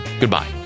goodbye